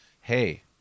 hey